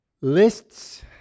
Lists